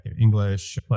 english